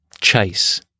chase